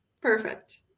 perfect